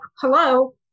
hello